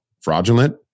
fraudulent